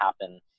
happen